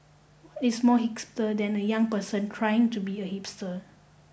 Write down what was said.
is more hipster than a young person trying to be a hipster